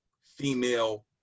female